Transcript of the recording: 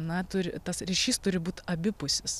na turi tas ryšys turi būt abipusis